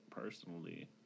personally